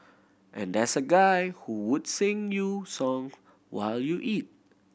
and there's a guy who would sing you song while you eat